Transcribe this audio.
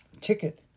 ticket